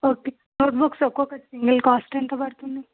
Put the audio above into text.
okay notebooks ఒక్కొక్కటి single cost ఎంత పడుతుంది